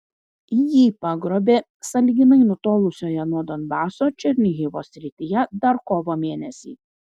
jį pagrobė sąlyginai nutolusioje nuo donbaso černihivo srityje dar kovo mėnesį